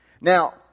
Now